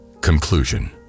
Conclusion